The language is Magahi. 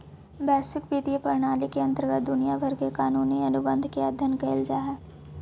वैश्विक वित्तीय प्रणाली के अंतर्गत दुनिया भर के कानूनी अनुबंध के अध्ययन कैल जा हई